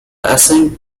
assigned